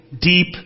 deep